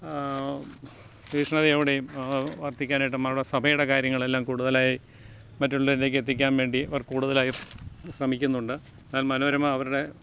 തീക്ഷണതയോടെയും പ്രവർത്തിക്കാനായിട്ടു നമ്മളുടെ സഭയുടെ കാര്യങ്ങളെല്ലാം കൂടുതലായി മറ്റുള്ളവരിലേക്കെത്തിക്കാൻ വേണ്ടി അവർ കൂടുതലായും ശ്രമിക്കുന്നുണ്ട് എന്നാൽ മനോരമ അവരുടെ